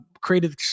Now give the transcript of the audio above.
Created